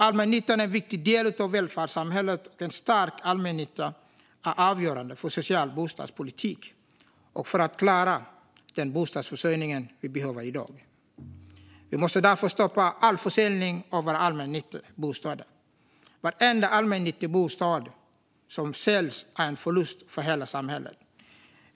Allmännyttan är en viktig del av välfärdssamhället. En stark allmännytta är avgörande i social bostadspolitik och för att vi ska klara den bostadsförsörjning vi behöver i dag. Vi måste därför stoppa all försäljning av våra allmännyttiga bostäder. Varenda allmännyttig bostad som säljs är en förlust för hela samhället.